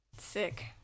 sick